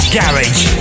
garage